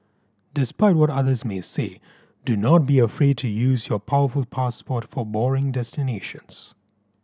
despite what others may say do not be afraid to use your powerful passport for boring destinations